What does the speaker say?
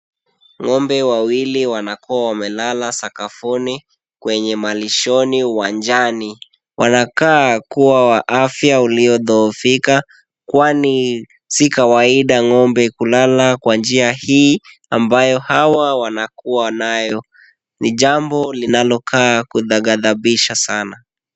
Ng'ombe wawili wanakuwa wamelala sakafuni kwenye malishoni uwanjani, wanakaa kuwa wa afya uliyodhoofika kwani si kawaida ng'ombe kulala kwa njia hii ambayo hawa wanakuwa nayo. Ni jambo linalokaa kugadhabisha sana.